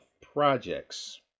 projects